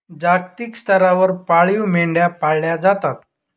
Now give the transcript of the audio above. जागतिक स्तरावर पाळीव मेंढ्या पाळल्या जातात